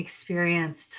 experienced